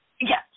Yes